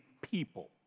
people